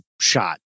shot